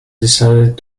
decided